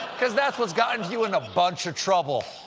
because that's what's gotten you in a bunch of trouble.